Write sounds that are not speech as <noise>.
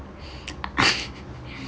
<noise>